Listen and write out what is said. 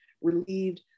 relieved